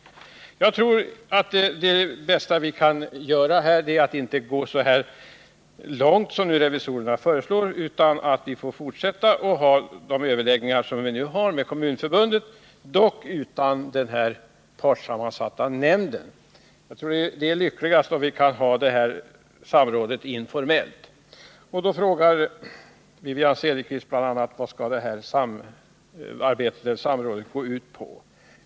Jag tror att det bästa vi kan göra är att inte gå fullt så långt som revisorerna föreslår utan att vi bör fortsätta med våra överläggningar med Kommunförbundet, dock utan den partssammansatta nämnden. Jag tror nämligen det är lyckligast om vi kan ha samrådet informellt. Wivi-Anne Cederqvist frågar bl.a. vad samrådet skall gå ut på.